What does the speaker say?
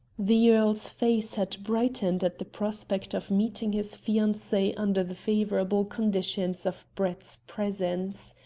the earl's face had brightened at the prospect of meeting his fiancee under the favourable conditions of brett's presence.